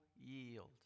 yield